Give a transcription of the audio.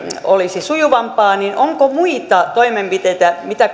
olisi sujuvampaa onko muita toimenpiteitä mitä